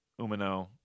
Umino